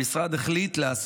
המשרד החליט,